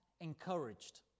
encouraged